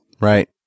Right